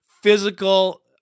physical